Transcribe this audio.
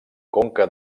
conca